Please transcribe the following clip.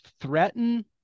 threaten